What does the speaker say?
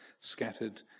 scattered